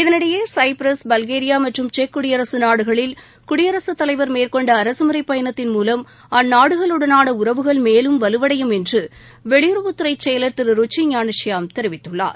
இதனிடையே Cyprus Bulgaria மற்றும் செக் குடியரசு நாடுகளில் குடியரசு தலைவர் மேற்கொண்ட அரசு முறை பயணத்தின் மூலம் அந்நாடுகளுடனாள உறவுகள் மேலும் வலுவடையும் என்று வெளியுறவுத்துறை செயலர் திரு ருச்சி ஞானசியாம் தெரிவித்துள்ளார்